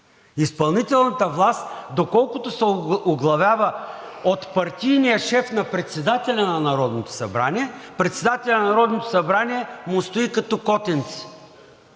Изпълнителната власт, доколкото се оглавява от партийния шеф на председателя на Народното събрание, председателят на Народното събрание му стои като котенце.